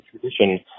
tradition